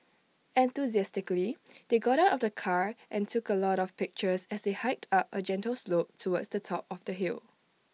enthusiastically they got out of the car and took A lot of pictures as they hiked up A gentle slope towards the top of the hill